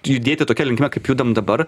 judėti tokia linkme kaip judam dabar